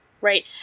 Right